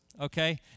okay